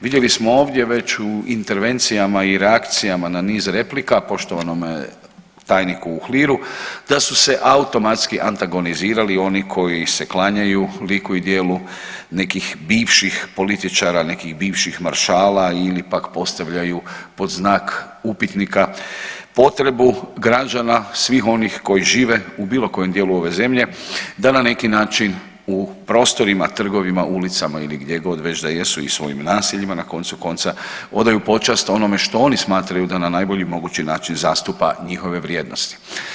Vidjeli smo ovdje već u intervencijama i reakcijama na niz replika poštovanom tajniku Uhliru da su se automatski antagonizirali oni koji se klanjaju liku i djelu nekih bivših političara, nekih bivših maršala ili pak postavljaju pod znak upitnika potrebu građana svih onih koji žive u bilo kojem dijelu ove zemlje da na neki način u prostorima, trgovima, ulicama ili gdjegod već da jesu i svojim naseljima na koncu konca odaju počast onome što oni smatraju da na najbolji mogući način zastupa njihove vrijednosti.